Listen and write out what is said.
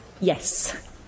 Yes